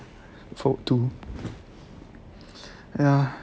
forward to ya